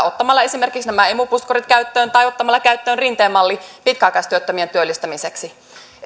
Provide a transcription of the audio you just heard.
ottamalla esimerkiksi nämä emu puskurit käyttöön tai ottamalla käyttöön rinteen malli pitkäaikaistyöttömien työllistämiseksi